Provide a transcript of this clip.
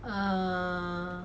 err